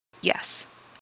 yes